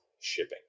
shipping